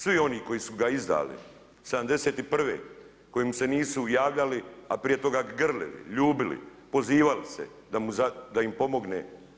Svi oni koji su ga izdali '71., koji mu se nisu javljali a prije toga grlili, ljubili, pozivali se da im pomogne.